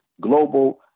global